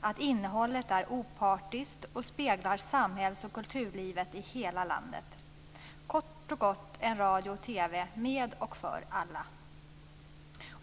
att innehållet ska vara opartiskt och spegla samhälls och kulturlivet i hela landet. Kort och gott: En radio och TV med och för alla.